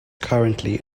currently